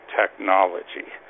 technology